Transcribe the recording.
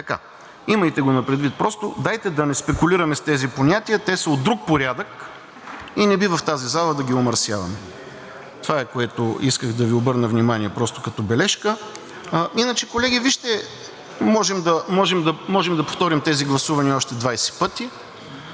Така. Имайте го предвид просто. Дайте да не спекулираме с тези понятия, те са от друг порядък и не бива в тази зала да ги омърсяваме. На това исках да Ви обърна внимание просто, като бележка. Иначе, колеги, вижте, можем да повторим тези гласувания още 20 пъти.